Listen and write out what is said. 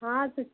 हाँ तो